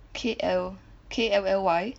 K L K L L Y